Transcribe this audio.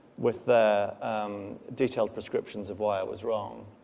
with the detailed prescriptions of why i was wrong.